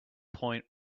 point